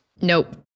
Nope